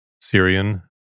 Syrian